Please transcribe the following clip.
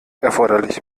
erforderlich